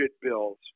bills